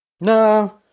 No